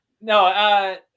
no